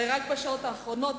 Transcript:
הרי רק בשעות האחרונות,